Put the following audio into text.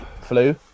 flu